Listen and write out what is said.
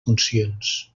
funcions